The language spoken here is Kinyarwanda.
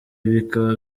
bikaba